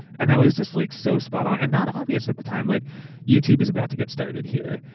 and that was just like so spot on and not obvious at the time. like youtube is about to get started here.